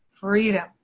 freedom